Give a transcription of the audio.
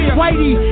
Whitey